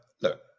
look